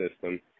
system